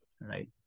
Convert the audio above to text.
Right